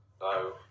No